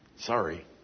Sorry